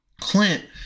Clint